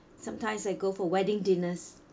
sometimes I go for wedding dinners